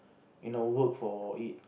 you know work for it